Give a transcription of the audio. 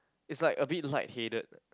it's like a bit light-headed